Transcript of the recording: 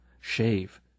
shave